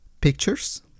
pictures